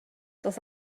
dos